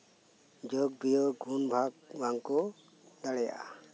ᱡᱳᱜᱽ ᱵᱤᱭᱳᱜᱽ ᱜᱩᱱ ᱵᱷᱟᱜᱽ ᱵᱟᱝᱠᱚ ᱫᱟᱲᱮᱣᱟᱜᱼᱟ